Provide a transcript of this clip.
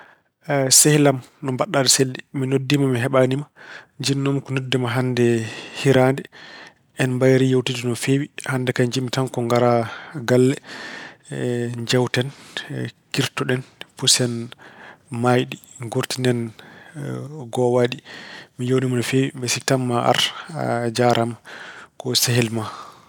Sehil am, no mbaɗa aɗa selli? Mi noddiima mi heɓaani ma. Jiɗnoo-mi ko noddude ma hannde hiraade. En mbayri yeewtude no feewi. Hannde kay njiɗ-mi tan ko ngara galle, njeewten, kirtoɗen, pusen maayɗi, nguurtinen gowaaɗi. Mi yeewniima no feewi. Mbeɗa sikki tan maa ar. A jaaraama Ko sehil ma.